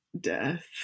death